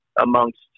amongst